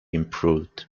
improved